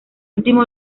último